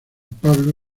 pablo